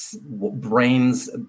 brains